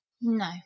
No